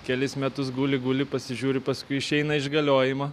kelis metus guli guli pasižiūri paskui išeina iš galiojimo